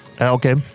Okay